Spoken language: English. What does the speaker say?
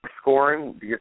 scoring